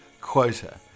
quota